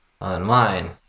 online